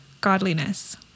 godliness